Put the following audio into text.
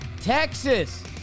Texas